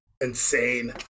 insane